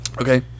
Okay